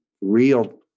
real